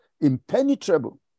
impenetrable